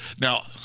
now